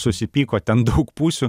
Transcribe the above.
susipyko ten daug pusių